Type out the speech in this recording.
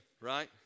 right